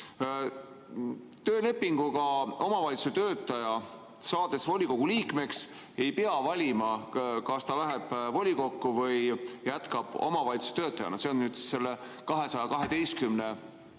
Töölepinguga omavalitsuse töötaja, saades volikogu liikmeks, ei pea valima, kas ta läheb volikokku või jätkab omavalitsuse töötajana. See on selle 212